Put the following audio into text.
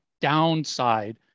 downside